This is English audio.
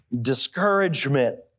discouragement